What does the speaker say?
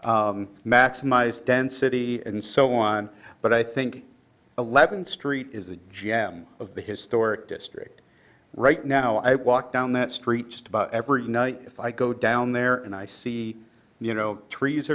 project maximize density and so on but i think eleventh street is the g m of the historic district right now i walk down that street just about every night if i go down there and i see you know trees